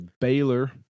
Baylor